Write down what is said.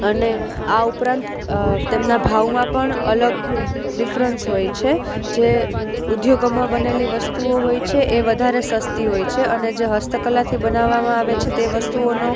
અને આ ઉપરાંત તેમના ભાવમાં પણ અલગ ડીફરન્સ હોય છે જે ઉદ્યોગોમાં બનેલી વસ્તુઓ હોય છે એ વધારે સસ્તી હોય છે અને જે હસ્તકલાથી બનાવવામાં આવે છે તે વસ્તુઓનો